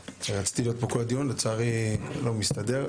רציתי להיות פה בכל הדיון, לצערי זה לא מסתדר.